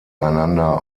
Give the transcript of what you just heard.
einander